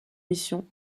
mission